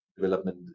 development